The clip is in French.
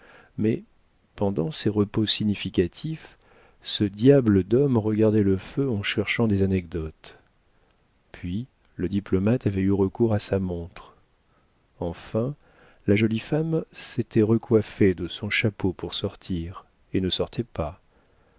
mais pendant ces repos significatifs ce diable d'homme regardait le feu en cherchant des anecdotes puis le diplomate avait eu recours à sa montre enfin la jolie femme s'était recoiffée de son chapeau pour sortir et ne sortait pas